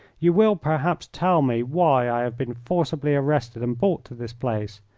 you will, perhaps, tell me why i have been forcibly arrested and brought to this place.